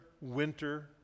winter